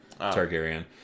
Targaryen